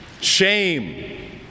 shame